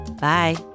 Bye